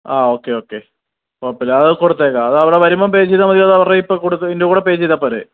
ആ okay okay കുഴപ്പമില്ല അതു കൊടുത്തേക്കാം അത് അവിടെ വരുമ്പം പേ ചെയ്താൽ മതിയോ അതോ അവരുടെ കയ്യിൽ ഇപ്പോൾ കൊടുത്ത് ഇതിൻ്റെ കൂടെ പേ ചെയ്താൽ പോരെ